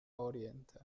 oriente